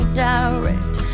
direct